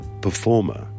performer